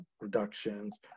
productions